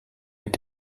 mit